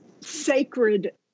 sacred